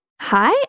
Hi